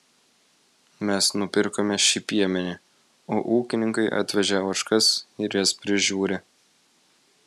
mes nupirkome šį piemenį o ūkininkai atvežė ožkas ir jas prižiūri